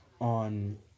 on